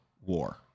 war